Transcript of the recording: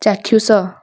ଚାକ୍ଷୁଷ